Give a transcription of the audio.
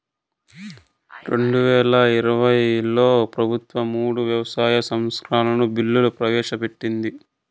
రెండువేల ఇరవైలో ప్రభుత్వం మూడు వ్యవసాయ సంస్కరణల బిల్లులు ప్రవేశపెట్టింది